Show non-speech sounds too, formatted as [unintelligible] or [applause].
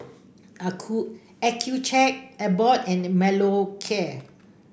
[unintelligible] Accucheck Abbott and Molicare